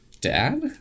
Dad